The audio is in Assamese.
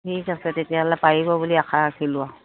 ঠিক আছে তেতিয়াহ'লে পাৰিব বুলি আশা ৰাখিলোঁ আৰু